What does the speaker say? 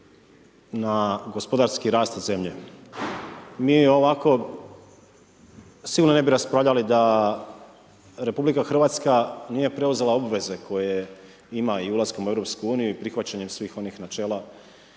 na gospodarski rast zemlje. Mi ovako sigurno ne bi raspravljali da RH nije preuzela obveze koje ima i ulaskom u EU i prihvaćanjem svih onih načela